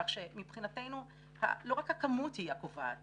כך שמבחינתנו לא רק הכמות היא הקובעת